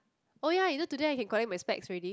oh ya you know today I can collect my specs already